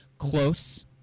Close